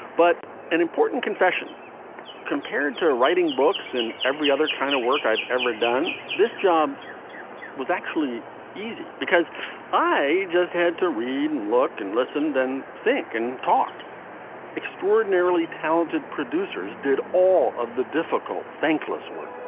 but an important confession compared to writing books and every other kind of work i've ever done. this job was actually easy because i just had to read and look and listen and think and talk extraordinarily talented producers did all of the difficult, thankless work.